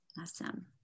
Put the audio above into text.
awesome